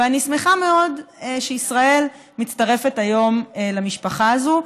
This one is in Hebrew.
ואני שמחה מאוד שישראל מצטרפת היום למשפחה הזאת.